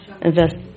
Invest